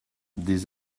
des